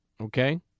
Okay